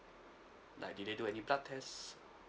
like did they do any blood test